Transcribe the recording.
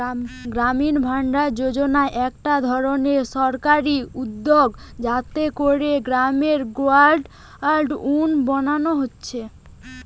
গ্রামীণ ভাণ্ডার যোজনা একটা ধরণের সরকারি উদ্যগ যাতে কোরে গ্রামে গোডাউন বানানা হচ্ছে